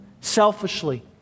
selfishly